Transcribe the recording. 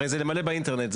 הרי זה למלא באינטרנט.